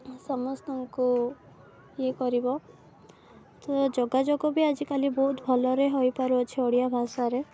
ସମସ୍ତଙ୍କୁ ଇଏ କରିବ ତ ଯୋଗାଯୋଗ ବି ଆଜିକାଲି ବହୁତ ଭଲରେ ହୋଇପାରୁଅଛି ଓଡ଼ିଆ ଭାଷାରେ